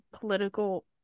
political